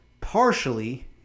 partially